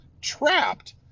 trapped